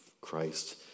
Christ